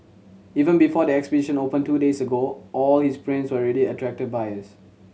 even before the exhibition opened two days ago all his prints already attracted buyers